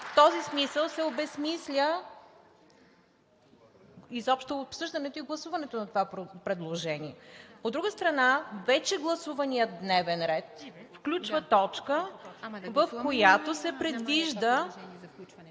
В този смисъл се обезсмисля изобщо обсъждането и гласуването на това предложение. От друга страна, вече гласуваният дневен ред включва точка, в която се предвижда